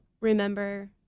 remember